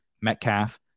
Metcalf